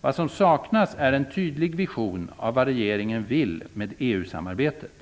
Vad som saknas är en tydlig vision av vad regeringen vill med EU-samarbetet.